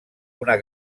una